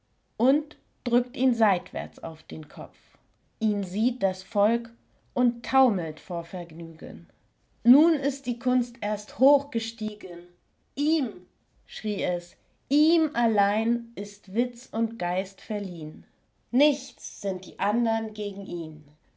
und drückt ihn seitwärts auf den kopf ihn sieht das volk und taumelt vor vergnügen nun ist die kunst erst hoch gestiegen ihm schrie es ihm allein ist witz und geist verliehn nichts sind die andern gegen ihn